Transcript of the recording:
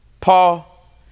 Paul